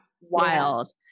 wild